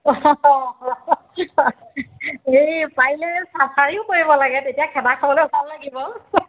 এই পাৰিলে চাফাৰীও কৰিব লাগে তেতিয়া খেদা খাবলৈ ভাল লাগিব